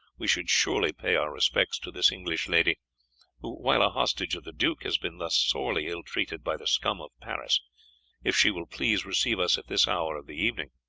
we should surely pay our respects to this english lady who while a hostage of the duke has been thus sorely ill-treated by the scum of paris if she will please receive us at this hour of the evening.